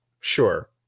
sure